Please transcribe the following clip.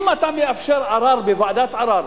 אם אתה מאפשר ערר בוועדת ערר,